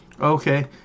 Okay